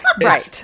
Right